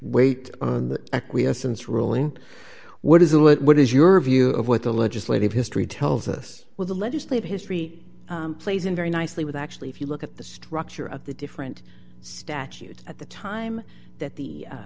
ruling what is the what is your view of what the legislative history tells us with the legislative history plays in very nicely with actually if you look at the structure of the different statute at the time that the